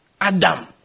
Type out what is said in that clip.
Adam